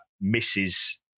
misses